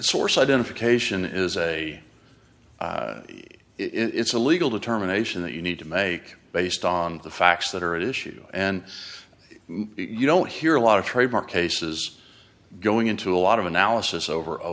source identification is a it's a legal determination that you need to make based on the facts that are at issue and you don't hear a lot of trademark cases going into a lot of analysis over